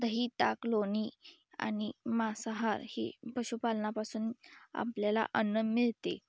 दही ताक लोणी आणि मांसाहार ही पशुपालनापासून आपल्याला अन्न मिळते